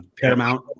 Paramount